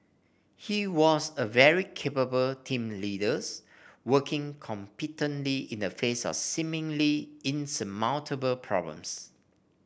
he was a very capable team leader working competently in the face of seemingly insurmountable problems